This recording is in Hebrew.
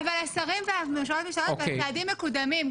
השרים והממשלות משתנות והצעדים מקודמים.